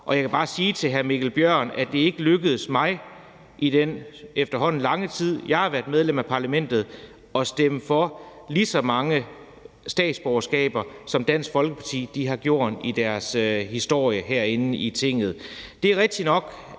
og jeg kan bare sige til hr. Mikkel Bjørn, at det ikke er lykkedes mig i den efterhånden lange tid, jeg har været medlem af parlamentet, at stemme for lige så mange statsborgerskaber, som Dansk Folkeparti har gjort i deres historie herinde i Tinget.